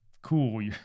cool